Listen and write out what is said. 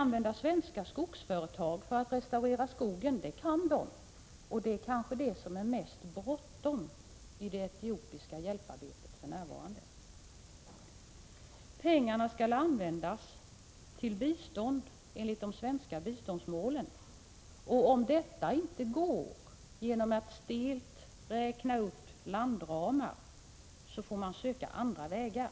använda svenska skogsföretag för att restaurera skogen. Det kan dessa företag, och det är kanske detta som det är mest bråttom med för närvarande i det etiopiska hjälparbetet. Pengarna skall användas till bistånd enligt de svenska biståndsmålen. Om detta inte går genom att stelt räkna upp landramar får man söka andra vägar.